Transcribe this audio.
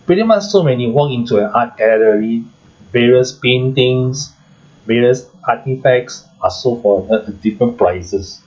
pretty much so when you walk into an art gallery various paintings various architects are sold for a different prices